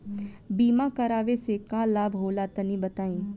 बीमा करावे से का लाभ होला तनि बताई?